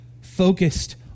focused